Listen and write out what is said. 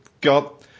got